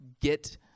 get